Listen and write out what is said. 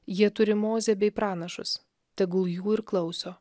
jie turi mozę bei pranašus tegul jų ir klauso